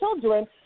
children